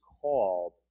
called